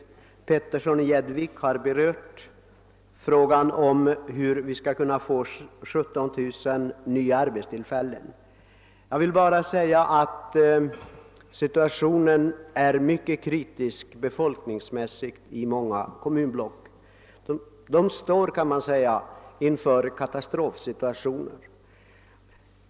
Herr Petersson i Gäddvik har berört spörsmålet hur vi skall kunna få fram 17 000 nya arbetstillfällen. Jag vill bara säga att situa tionen i många kommunblock befolkningsmässigt är mycket kritisk. De står inför katastrofsituationer.